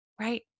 right